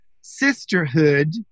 sisterhood